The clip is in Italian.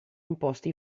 imposti